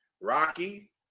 Rocky